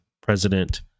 president